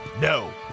No